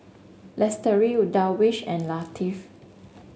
Darwish and Latif